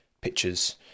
pictures